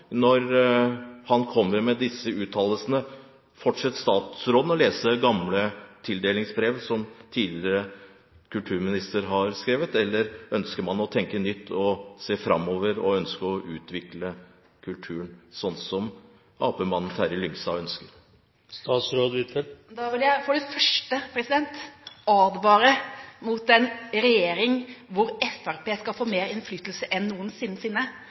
kommer med disse uttalelsene? Fortsetter statsråden å lese gamle tildelingsbrev som tidligere kulturministre har skrevet, eller ønsker man å tenke nytt og se framover og utvikle kulturen, sånn som arbeiderpartimannen Terje Lyngstad ønsker? Da vil jeg for det første advare mot en regjering der Fremskrittspartiet skal få mer innflytelse enn